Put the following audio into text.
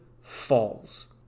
falls